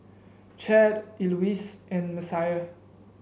Chadd Eloise and Messiah